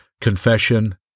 confession